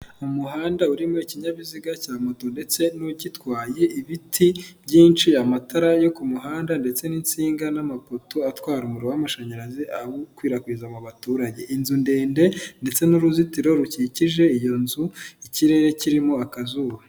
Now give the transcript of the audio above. Umuhanda urimo ikinyabiziga cya moto ndetse n'ugitwaye, ibiti byinshi amatara yo ku muhanda ndetse n'insinga n'amapoto atwara umuriro w'amashanyarazi akwirakwiza mu baturage, inzu ndende ndetse n'uruzitiro rukikije iyo nzu ikirere kirimo akazuba.